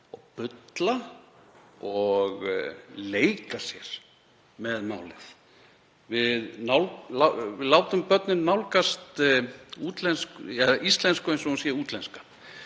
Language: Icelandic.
og bulla og leika sér með málið við nám. Við látum börnin nálgast íslensku eins og hún sé útlenska,